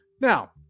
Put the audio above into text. Now